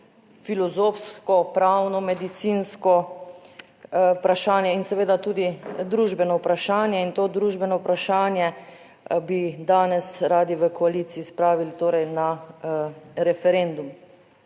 filozofsko, pravno, medicinsko vprašanje in seveda tudi družbeno vprašanje in to družbeno vprašanje bi danes radi v koaliciji spravili, torej na referendum.